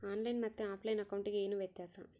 On line ಮತ್ತೆ offline ಅಕೌಂಟಿಗೆ ಏನು ವ್ಯತ್ಯಾಸ?